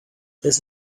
this